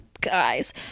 guys